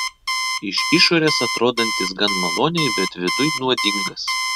iš išorės atrodantis gan maloniai bet viduj nuodingas